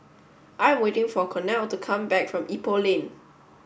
I am waiting for Cornel to come back from Ipoh Lane